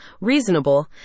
Reasonable